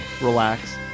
relax